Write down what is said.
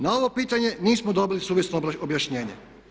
Na ovo pitanje nismo dobili suvislo objašnjenje.